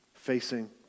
facing